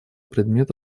предмет